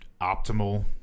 optimal